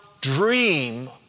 dream